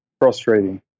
Frustrating